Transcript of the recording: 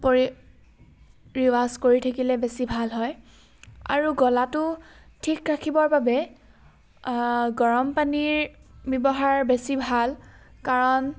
পৰি ৰিৱাজ কৰি থাকিলে বেছি ভাল হয় আৰু গলাটো ঠিক ৰাখিবৰ বাবে গৰম পানীৰ ব্যৱহাৰ বেছি ভাল কাৰণ